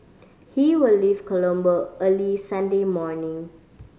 he will leave Colombo early Sunday morning